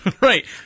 Right